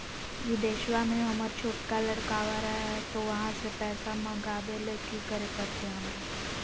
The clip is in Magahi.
बिदेशवा में हमर छोटका लडकवा रहे हय तो वहाँ से पैसा मगाबे ले कि करे परते हमरा?